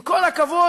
עם כל הכבוד,